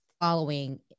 following